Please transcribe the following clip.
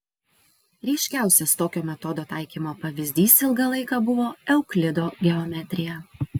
ryškiausias tokio metodo taikymo pavyzdys ilgą laiką buvo euklido geometrija